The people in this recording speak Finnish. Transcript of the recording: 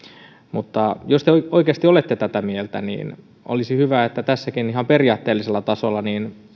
mutta jos te oikeasti olette tätä mieltä olisi hyvä että tässäkin ihan periaatteellisella tasolla